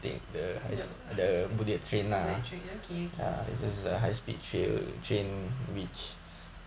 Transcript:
bullet train okay okay